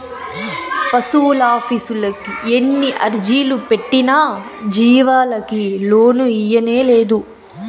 పశువులాఫీసుకి ఎన్ని అర్జీలు పెట్టినా జీవాలకి లోను ఇయ్యనేలేదు